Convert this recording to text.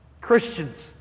Christians